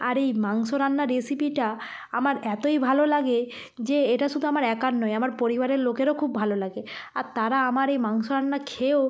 আর এই মাংস রান্না রেসিপিটা আমার এতই ভালো লাগে যে এটা শুধু আমার একার নয় আমার পরিবারের লোকেরও খুব ভালো লাগে আর তারা আমার এই মাংস রান্না খেয়েও